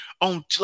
on